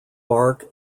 bark